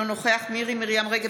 אינו נוכח מירי מרים רגב,